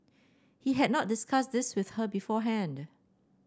he had not discussed this with her beforehand